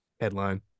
headline